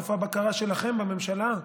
איפה הבקרה שלכם בממשלה?